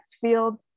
field